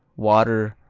water,